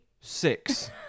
six